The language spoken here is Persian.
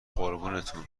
قربونتون